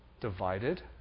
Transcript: divided